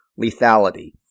lethality